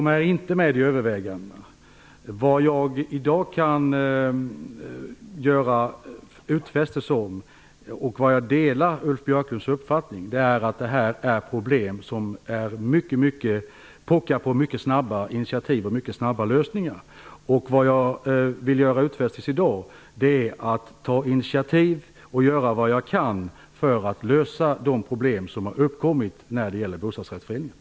Herr talman! Den finns inte med i övervägandena. Jag delar Ulf Björklunds uppfattning om att det är problem som pockar på mycket snabba initiativ och mycket snabba lösningar. Vad jag vill göra utfästelser om i dag är att jag skall ta initiativ och göra vad jag kan för att lösa de problem som har uppkommit när det gäller bostadsrättsföreningar.